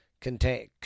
contain